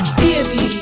baby